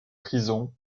prisons